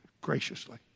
graciously